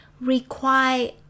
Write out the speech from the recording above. require